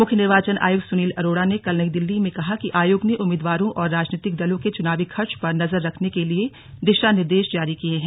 मुख्य निर्वाचन आयुक्त सुनील अरोड़ा ने कल नई दिल्ली में कहा कि आयोग ने उम्मीदवारों और राजनीतक दलों के चुनावी खर्च पर नजर रखने के लिए दिशा निर्देश जारी किये हैं